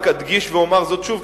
רק אדגיש ואומר שוב,